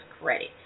credit